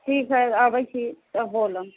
ठीक है अबै छी तऽ बोलब